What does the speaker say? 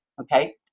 Okay